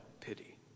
pity